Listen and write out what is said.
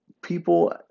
people